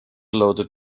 loaded